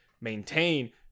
maintain